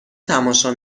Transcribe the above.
تماشا